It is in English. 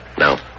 No